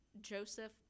joseph